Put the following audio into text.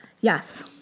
Yes